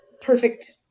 Perfect